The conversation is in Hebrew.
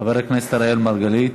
חבר הכנסת אראל מרגלית.